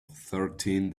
thirteen